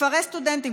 כפרי סטודנטים,